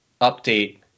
update